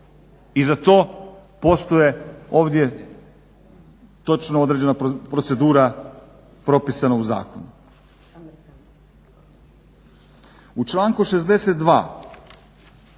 I za to postoje ovdje točno određena procedura propisana u zakonu. U članku 63.koji